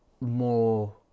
more